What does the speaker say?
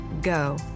Go